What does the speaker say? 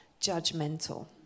judgmental